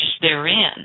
therein